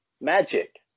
magic